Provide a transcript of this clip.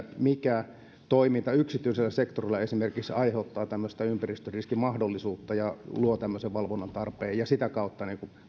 mikä toiminta yksityisellä sektorilla esimerkiksi aiheuttaa tämmöistä ympäristöriskin mahdollisuutta ja luo tämmöisen valvonnan tarpeen ja sitä kautta